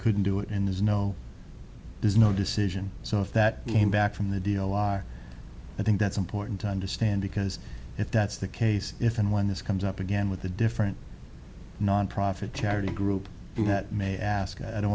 couldn't do it and there's no there's no decision so if that came back from the deal why i think that's important to understand because if that's the case if and when this comes up again with a different nonprofit charity group that may i ask i don't